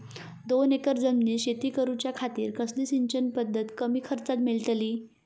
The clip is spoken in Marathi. दोन एकर जमिनीत शेती करूच्या खातीर कसली सिंचन पध्दत कमी खर्चात मेलतली?